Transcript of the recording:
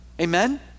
amen